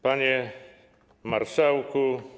Panie Marszałku!